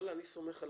אני סומך על